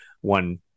one